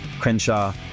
Crenshaw